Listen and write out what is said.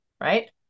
Right